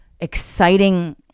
exciting